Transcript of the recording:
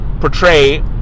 portray